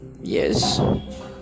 Yes